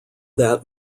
that